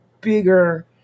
bigger